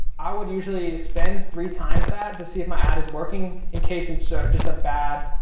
i would usually spend three times that to see if my ad is working, in case it's just a bad,